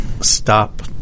stop